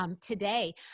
Today